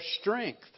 strength